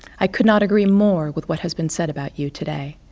i could not agree more with what has been said about you today.